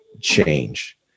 change